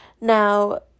Now